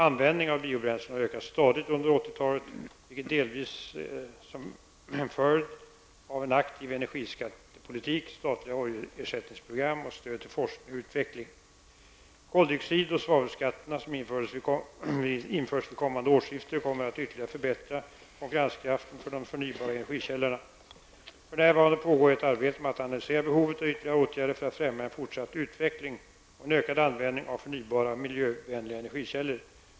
Användningen av biobränslen har ökat stadigt under 1980-talet, delvis som en följd av en aktiv energiskattepolitik, statliga oljeersättningsprogram och stöd till forskning och utveckling. Koldioxid och svavelskatterna, som införs vid kommande årskifte, kommer att ytterligare förbättra konkurrenskraften för de förnybara energikällorna. För närvarade pågår ett arbete med att analysera behovet av ytterligare åtgärder för att främja en fortsatt utveckling och en ökad användning av förnybara och miljövänliga energikällor.